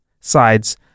sides